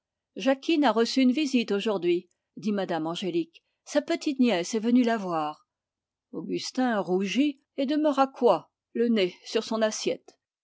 jacquine a reçu une visite aujourd'hui dit me m angélique sa petite nièce est venue la voir augustin rougit et demeura coi le nez sur son assiette